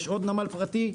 יש עוד נמל פרטי.